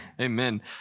Amen